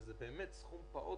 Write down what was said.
שזה באמת סכום פעוט